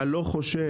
אתה לא חושש,